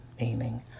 Meaning